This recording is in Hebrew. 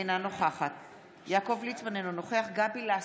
אינה נוכחת יעקב ליצמן, אינו נוכח גבי לסקי,